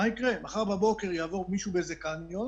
מה יקרה אם מחר בבוקר יעבור מישהו באיזה קניון